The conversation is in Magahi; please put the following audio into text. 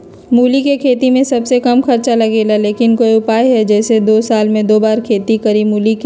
मूली के खेती में सबसे कम खर्च लगेला लेकिन कोई उपाय है कि जेसे साल में दो बार खेती करी मूली के?